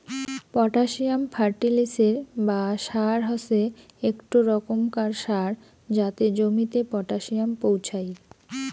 potassium ফার্টিলিসের বা সার হসে একটো রোকমকার সার যাতে জমিতে পটাসিয়াম পোঁছাই